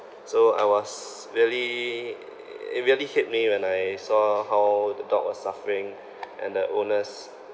so I was really it really hit me when I saw how the dog was suffering and the owners